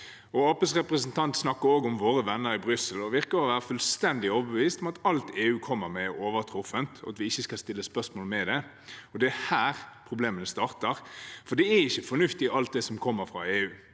representant snakket også om våre venner i Brussel og virker å være fullstendig overbevist om at alt EU kommer med, er uovertruffent, og at vi ikke skal stille spørsmål ved det. Det er her problemet starter, for ikke alt det som kommer fra EU,